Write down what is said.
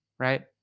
Right